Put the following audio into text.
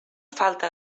falta